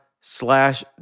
slash